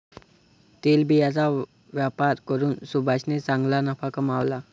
तेलबियांचा व्यापार करून सुभाषने चांगला नफा कमावला